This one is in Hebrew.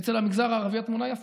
אצל המגזר הערבי התמונה היא הפוכה,